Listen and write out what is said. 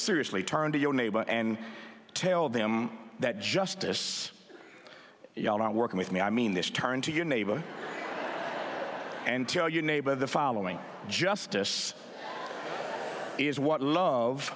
seriously turn to your neighbor and tell them that justice you are working with me i mean this turn to your neighbor and tell your neighbor the following justice